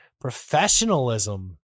professionalism